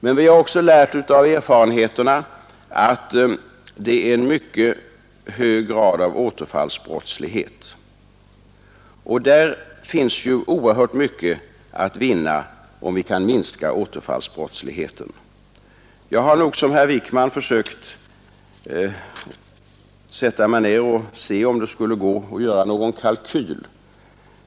Men vi vet också av erfarenhet att det är en mycket hög grad av återfallsbrottslighet. Det finns mycket att vinna om vi kan minska återfallsbrottsligheten. Jag har i likhet med herr Wijkman funderat över om det skulle gå att göra en kalkyl.